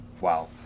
wow